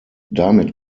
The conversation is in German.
damit